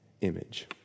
image